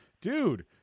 dude